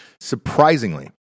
Surprisingly